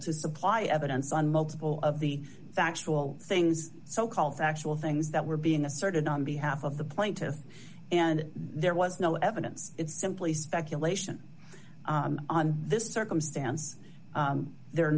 to supply evidence on multiple of the factual things so called factual things that were being asserted on behalf of the plaintiff and there was no evidence it's simply speculation on this circumstance there are